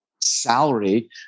salary